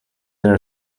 there